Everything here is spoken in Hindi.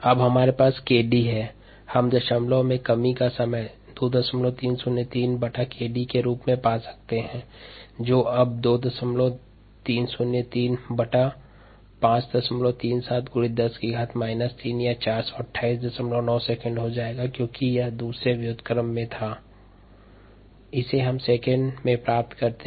अब हमारे पास 𝑘𝑑 है हम दशमलव में कमी का समय 2303𝑘𝑑 के रूप में पा सकते हैं जो अब 2303537 ×10−3 या 4289 सेकंड हो जाएगा क्योंकि यह प्रतिलोम था इसलिए हम इसे सेकंड में प्राप्त करते हैं